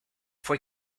fue